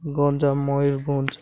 Ganjam Mayurbhanj